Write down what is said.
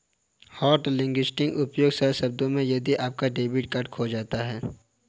hotlisting उपयोग सरल शब्दों में यदि आपका डेबिट कार्ड खो जाता है